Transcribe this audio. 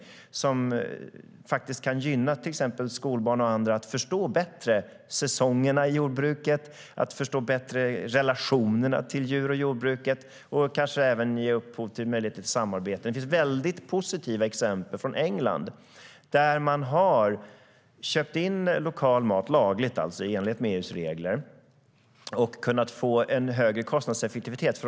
Det kan faktiskt gynna till exempel skolbarn och andra och göra att de bättre förstår säsongerna i jordbruket och relationerna till djur och jordbruket. Det kanske även kan ge möjligheter till samarbeten. Det finns väldigt positiva exempel från England. Man har köpt in lokal mat, lagligt, i enlighet med EU:s regler, och kunnat få en högre kostnadseffektivitet.